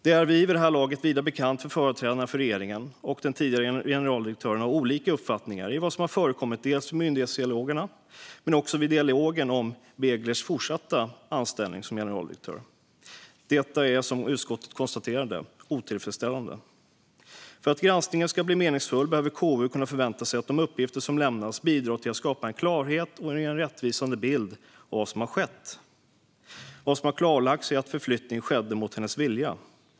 Det är vid det här laget vida bekant att företrädarna för regeringen och den tidigare generaldirektören har olika uppfattning om vad som har förekommit i myndighetsdialogerna och i dialogen om Beglers fortsatta anställning som generaldirektör. Detta är, som utskottet har konstaterat, otillfredsställande. För att granskningen ska bli meningsfull måste KU kunna förvänta sig att de uppgifter som lämnas bidrar till att skapa klarhet och ger en rättvisande bild av vad som har skett. Vad som har klarlagts är att förflyttningen skedde mot hennes vilja.